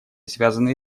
связанные